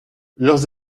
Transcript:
leurs